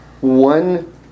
one